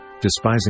despising